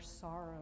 sorrow